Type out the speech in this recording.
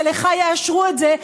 ולך יאשרו את זה,